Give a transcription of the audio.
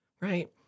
right